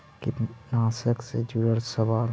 कीटनाशक से जुड़ल सवाल?